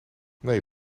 nee